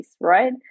right